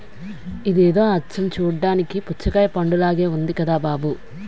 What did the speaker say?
ఇదేదో అచ్చం చూడ్డానికి పుచ్చకాయ పండులాగే ఉంది కదా బాబూ